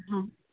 ꯑꯪ